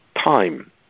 time